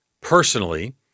personally